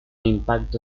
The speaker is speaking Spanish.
impacto